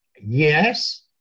Yes